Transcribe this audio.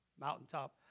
Mountaintop